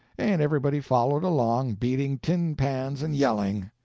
and everybody followed along, beating tin pans and yelling.